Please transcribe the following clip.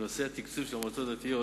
בנושא התקצוב של המועצות הדתיות